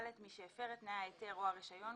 מי שהפר את תנאי ההיתר או הרישיון,